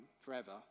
forever